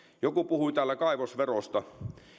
joku puhui täällä kaivosverosta